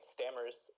Stammer's